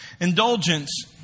Indulgence